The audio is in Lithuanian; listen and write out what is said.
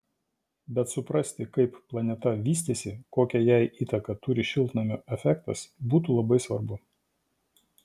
bet suprasti kaip planeta vystėsi kokią jai įtaką turi šiltnamio efektas būtų labai svarbu